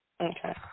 Okay